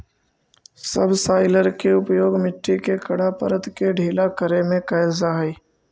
subsoiler के उपयोग मट्टी के कड़ा परत के ढीला करे में कैल जा हई